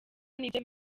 nibyo